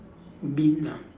bin ah